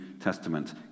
Testament